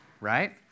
right